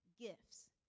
gifts